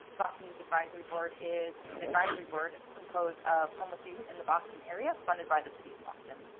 boston youth advisory board is an advisory board composed of homeless youth in the boston area funded by the city of boston.